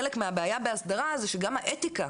חלק מהבעיה בהסדרה זה גם האתיקה,